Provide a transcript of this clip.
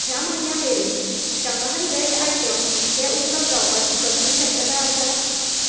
ह्या म्हयन्या मेरेन शाकाहारी वॅज आयटम हे उपलब्ध जावपाची कसलीय शक्यताय आसा